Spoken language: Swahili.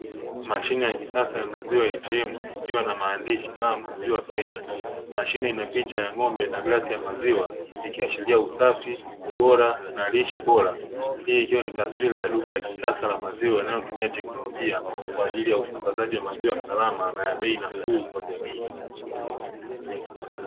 Mashine ya kisasa ya maziwa ya atm ikiwa na maandishi kama maziwa freshi. Mashine ina picha ya ng'ombe glasi ya maziwa ikiashiria usafi ubora na lishe bora. Hii taswira ya lugha ya kisasa ya maziwa yanayotumia teknolojia kwa ajili ya usambazaji wa maziwa ya usalama na ya bei nafuu kwa jamii.